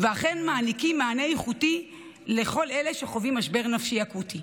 ואכן מעניקים מענה איכותי לכל אלה שחווים משבר נפשי אקוטי.